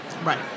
Right